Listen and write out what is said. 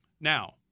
Now